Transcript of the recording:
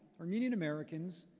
armenian americans,